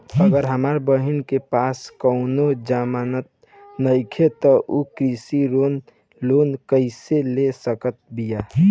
अगर हमार बहिन के पास कउनों जमानत नइखें त उ कृषि ऋण कइसे ले सकत बिया?